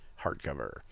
hardcover